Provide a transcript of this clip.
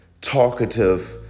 talkative